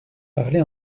parlez